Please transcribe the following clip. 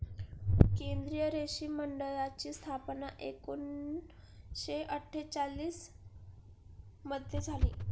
केंद्रीय रेशीम मंडळाची स्थापना एकूणशे अट्ठेचालिश मध्ये झाली